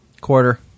Quarter